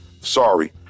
sorry